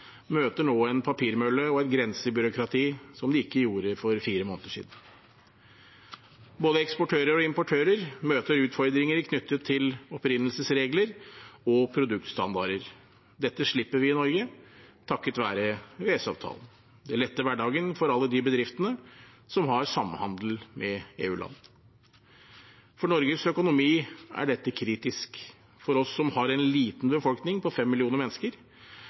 møter nå en papirmølle og et grensebyråkrati som det ikke gjorde for fire måneder siden. Både eksportører og importører møter utfordringer knyttet til opprinnelsesregler og produktstandarder. Dette slipper vi i Norge takket være EØS-avtalen. Det letter hverdagen for alle de bedriftene som har samhandel med EU-land. For Norges økonomi er dette kritisk. For oss som har en liten befolkning på 5 millioner mennesker,